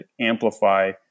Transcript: amplify